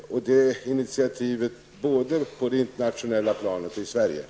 Det gäller ett initiativ på hög nivå både på det internationella planet och i